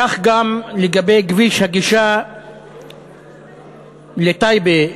כך גם לגבי כביש הגישה לטייבה,